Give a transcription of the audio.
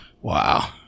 Wow